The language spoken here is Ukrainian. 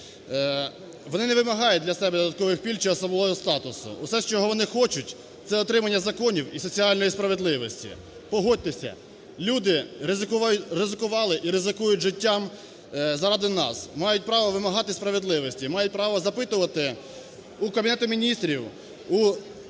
Вони не вимагають для себе додаткових пільг чи особливого статусу. Усе, чого вони хочуть, це – отримання законів і соціальної справедливості. Погодьтеся: люди ризикували і ризикують життям заради нас, мають право вимагати справедливості, мають право запитувати у Кабінету Міністрів, чому